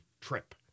trip